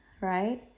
right